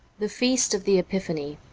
the feast of the epiphany